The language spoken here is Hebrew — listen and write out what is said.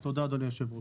תודה, אדוני היושב-ראש.